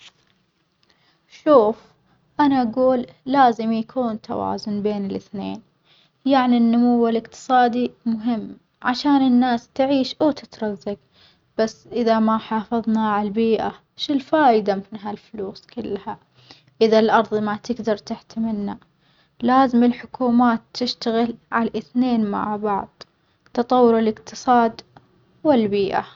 شوف أنا أجول لازم يكون توزان بين الإثنين، يعني النمو الإقتصادي مهم عشان الناس تعيش وتترزق، بس إذا ما حافظنا على البيئة شو الفايدة من هالفلوس كلها، إذا الأرظ ما تجدر تحتملنا، لازم الحكومات تشتغل على الإثنين مع بعظ تطور الإقتصاد والبيئة.